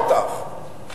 בטח,